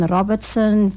Robertson